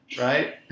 Right